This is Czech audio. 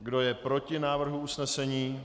Kdo je proti návrhu usnesení?